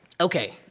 okay